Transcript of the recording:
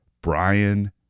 Brian